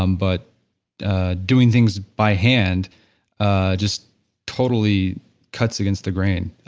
um but doing things by hand ah just totally cuts against the grain,